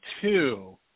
two